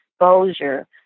exposure